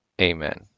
Amen